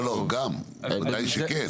גם, ודאי שכן.